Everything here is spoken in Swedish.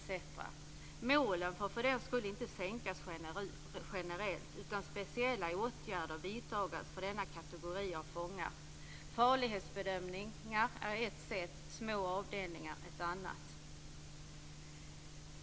Målsättningen får för den skull inte sänkas generellt, utan speciella åtgärder ska vidtas för denna kategori av fångar. Farlighetsbedömningar är ett sätt och små avdelningar ett annat.